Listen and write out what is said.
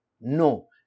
No